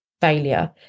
failure